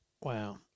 Wow